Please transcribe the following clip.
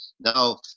Now